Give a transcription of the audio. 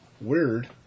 weird